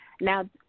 Now